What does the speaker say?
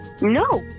No